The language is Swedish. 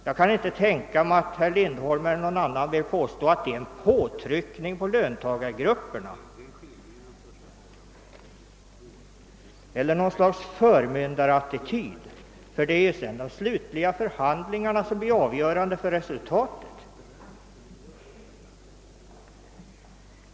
Det vill väl inte herr Lindholm eller någon annan påstå är en påtryckning på löntagargrupperna eller detsamma som att inta ett slags förmyndarattityd. Det är ju förhandlingarna som blir avgörande för slutresultatet.